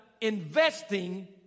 investing